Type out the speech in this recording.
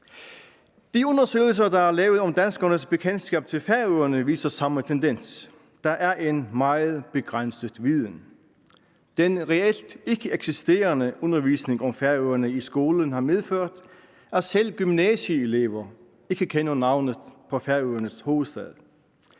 De undersøgelser, der er lavet om danskernes kendskab til Færøerne, viser samme tendens: Der er en meget begrænset viden. Den reelt ikkeeksisterende undervisning om Færøerne i skolen har medført, at selv gymnasieelever ikke kender navnet på Færøernes hovedstad.